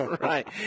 right